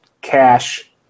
cash